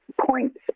points